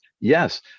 Yes